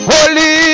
Holy